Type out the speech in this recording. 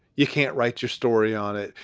you can't write your story on it.